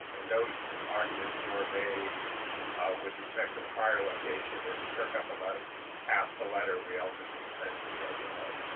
and those arguments were made with respect to the prior location and took up about half the letter we ultimately sent to the ah so like